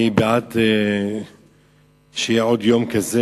אני בעד שיהיה עוד יום כזה,